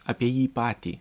apie jį patį